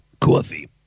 Coffee